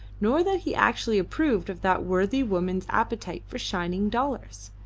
nor that he actually approved of that worthy woman's appetite for shining dollars.